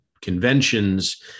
conventions